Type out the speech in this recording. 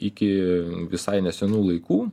iki visai nesenų laikų